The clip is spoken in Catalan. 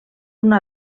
una